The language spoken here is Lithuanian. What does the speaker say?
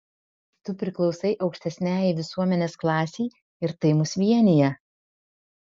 tu priklausai aukštesniajai visuomenės klasei ir tai mus vienija